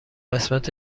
قسمت